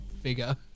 figure